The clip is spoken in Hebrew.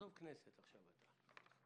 --- עזוב עכשיו את הכנסת.